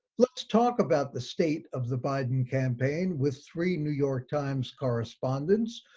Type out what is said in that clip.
let's talk about the state of the biden campaign with three new york times correspondents.